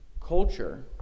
culture